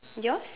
yours